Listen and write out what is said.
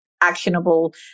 actionable